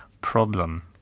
problem